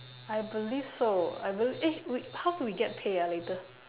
I believe so I belie~ eh wait how do we get pay ah later